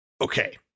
Okay